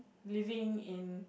living in